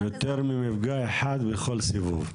בבקרה כזאת --- יותר ממפגע אחד בכל סיבוב.